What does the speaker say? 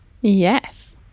Yes